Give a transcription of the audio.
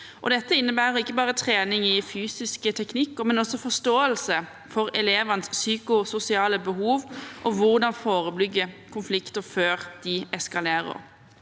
Dette innebærer ikke bare trening i fysiske teknikker, men også forståelse for elevenes psykososiale behov og hvordan forebygge konflikter før de eskalerer.